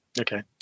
Okay